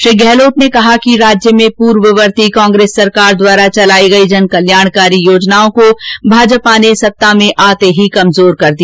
श्री गहलोत ने कहा कि राज्यमें पूर्ववर्ती कांग्रेस सरकार द्वारा चलाई गई जन कल्याणकारी योजनाओं को भाजपा ने सत्ता में आते ही कमजोर कर दिया